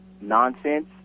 nonsense